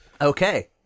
Okay